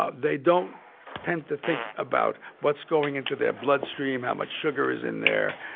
ah they don't tend to think about what's going into their bloodstream, how much sugar is in there,